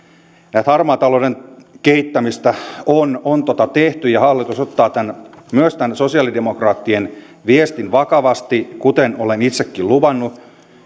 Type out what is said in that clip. tätä harmaan talouden kehittämistä on on tehty ja hallitus ottaa myös tämän sosialidemokraattien viestin vakavasti kuten olen itsekin luvannut